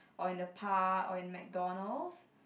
or in the park or in McDonalds